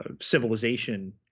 civilization